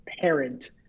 parent